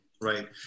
right